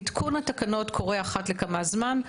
עדכון התקנות קורה אחת לכמה זמן,